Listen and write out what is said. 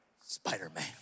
Spider-Man